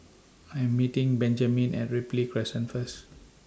I Am meeting Benjamine At Ripley Crescent First